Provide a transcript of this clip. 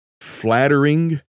flattering